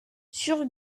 sur